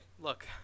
look